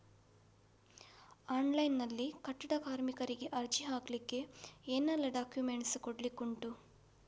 Online ನಲ್ಲಿ ಕಟ್ಟಡ ಕಾರ್ಮಿಕರಿಗೆ ಅರ್ಜಿ ಹಾಕ್ಲಿಕ್ಕೆ ಏನೆಲ್ಲಾ ಡಾಕ್ಯುಮೆಂಟ್ಸ್ ಕೊಡ್ಲಿಕುಂಟು?